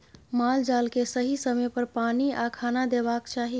माल जाल केँ सही समय पर पानि आ खाना देबाक चाही